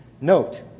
Note